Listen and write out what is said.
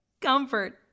Comfort